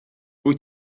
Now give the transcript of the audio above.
wyt